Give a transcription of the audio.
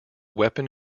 weapon